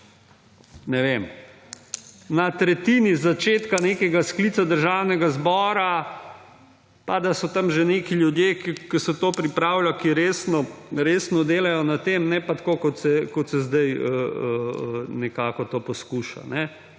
ne vem, na tretjini začetka nekega sklica Državnega zbora, pa da so tam že neki ljudje, ko so to pripravlja, ki resno delajo na tem, ne pa tako, kot se zdaj nekako to poskuša.